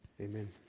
Amen